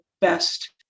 best